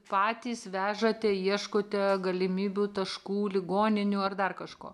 patys vežate ieškote galimybių taškų ligoninių ar dar kažko